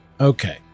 okay